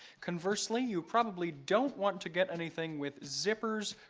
conversely, you probably don't want to get anything with zippers,